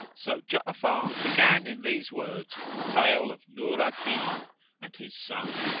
so ja'afar began in these words the tale of nur al-din and his son.